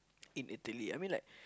in Italy I mean like